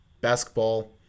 basketball